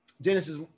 Genesis